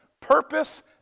purpose